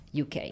UK